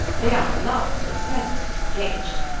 they are the last at present disengaged.